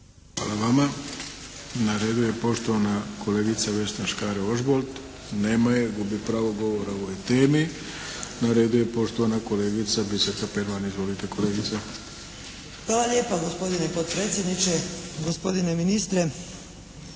Hvala vama. Na redu je poštovana kolegica Vesna Škare Ožbolt. Nema je, gubi pravo govora o ovoj temi. Na redu je poštovana kolegica Biserka Perman. Izvolite kolegice. **Perman, Biserka (SDP)** Hvala lijepa gospodine potpredsjedniče, gospodine ministre,